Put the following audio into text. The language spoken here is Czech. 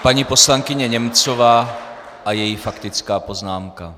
Paní poslankyně Němcová a její faktická poznámka.